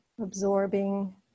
absorbing